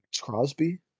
Crosby